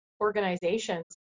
organizations